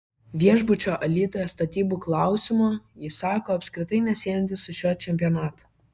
viešbučio alytuje statybų klausimo jis sako apskritai nesiejantis su šiuo čempionatu